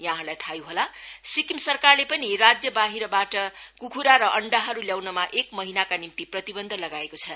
यहाँहरूलाई थाहै होला सिक्किम सरकारले राज्य बाहिरबाट कुखुरा र अण्डाहरू ल्याउनमा एक महिनाका निम्ति प्रतिबन्ध लगाएको छ